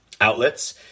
outlets